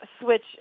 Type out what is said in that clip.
switch